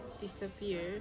disappear